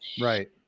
right